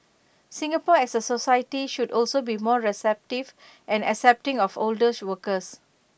Singapore as A society should also be more receptive and accepting of older workers